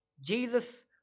Jesus